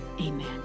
Amen